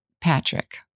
Patrick